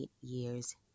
years